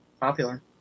popular